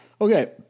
Okay